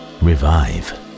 revive